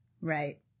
Right